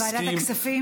לוועדת הכספים?